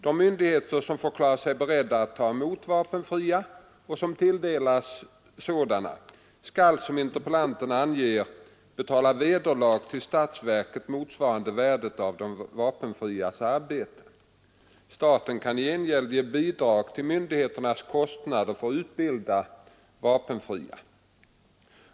De myndigheter som förklarar sig beredda att ta emot vapenfria och som tilldelas sådana skall — som interpellanten anger — betala vederlag till statsverket motsvarande värdet av de vapenfrias arbete. Staten kan i gengäld ge bidrag till myndigheternas kostnader för att utbilda vapenfria.